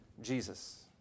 Jesus